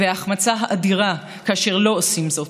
וההחמצה האדירה כאשר לא עושים זאת.